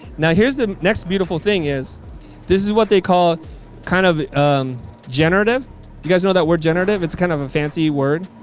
now here's the next beautiful thing is this is what they call kind of um generative. you guys you know that we're generative it's kind of a fancy word.